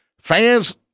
Fans